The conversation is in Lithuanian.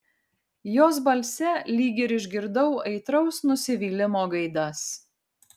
jos balse lyg ir išgirdau aitraus nusivylimo gaidas